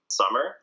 summer